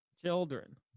Children